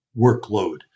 workload